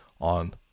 on